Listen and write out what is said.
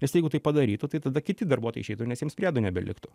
nes jeigu tai padarytų tai tada kiti darbuotojai išeitų nes jiems priedų nebeliktų